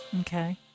Okay